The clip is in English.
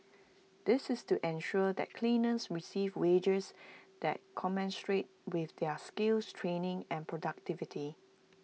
this is to ensure that cleaners receive wages that commensurate with their skills training and productivity